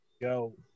go